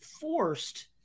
forced